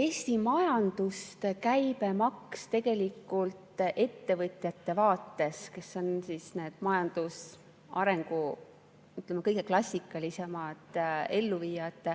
Eesti majandust käibemaks tegelikult ettevõtjate vaates, kes on majandusarengu, ütleme, kõige klassikalisemad elluviijad,